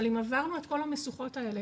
אבל אם עברנו את כל המשוכות האלה,